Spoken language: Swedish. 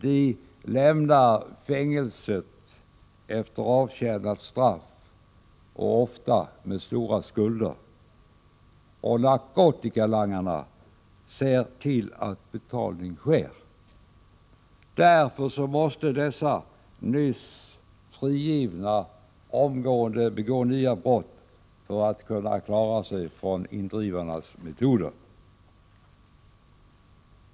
De lämnar fängelserna efter avtjänat straff, ofta med stora skulder — och narkotikalangarna ser till att betalning sker. Därför måste de nyss frigivna omgående begå nya brott för att kunna klara sig från indrivarnas metoder.